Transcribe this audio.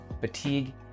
fatigue